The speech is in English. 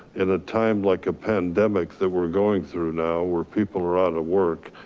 in a time like a pandemic that we're going through now where people are out of work,